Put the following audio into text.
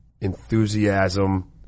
enthusiasm